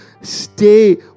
stay